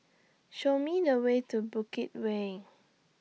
Show Me The Way to Bukit Way